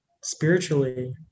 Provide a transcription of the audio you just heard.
spiritually